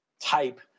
type